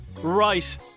Right